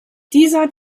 dieser